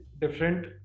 different